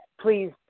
please